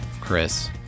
Chris